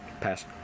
Pass